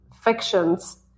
fictions